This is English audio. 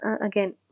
Again